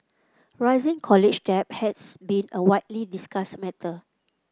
rising college debt has been a widely discussed matter